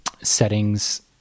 settings